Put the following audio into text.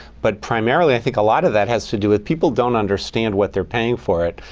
but primarily, i think a lot of that has to do with people don't understand what they're paying for it,